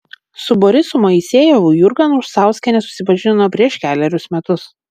su borisu moisejevu jurga anusauskienė susipažino prieš kelerius metus